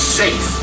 safe